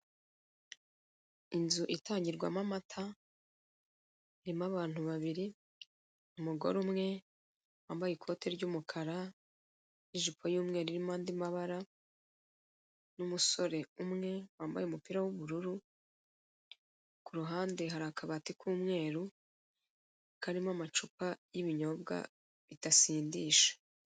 Inzu itangirwamo amata irimo abantu babiri umugore umwe wambaye ikote ry'umukara n'ijipo y'umweru irimo andi mabara, n'umusore umwe wambaye umupira w'ubururu ku ruhande hari akabati k'umweru karimo amacupa y'ibinyobwa bidasindisha.